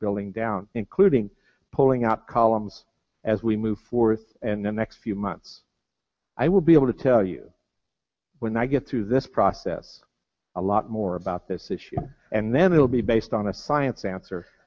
building down including pulling out columns as we move forth and the next few months i will be able to tell you when i get through this process a lot more about this issue and then it will be based on a science answer